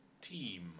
Team